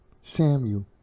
Samuel